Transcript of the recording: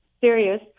serious